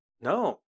no